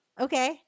Okay